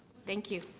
thank you.